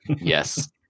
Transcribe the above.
yes